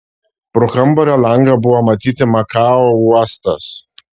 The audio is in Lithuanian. pro kambario langą buvo matyti makao uostas